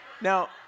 Now